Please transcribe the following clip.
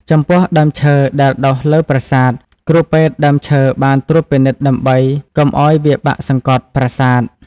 ចំពោះដើមឈើដែលដុះលើប្រាសាទ គ្រូពេទ្យដើមឈើបានត្រួតពិនិត្យដើម្បីកុំឱ្យវាបាក់សង្កត់ប្រាសាទ។